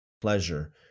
pleasure